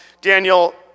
Daniel